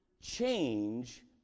change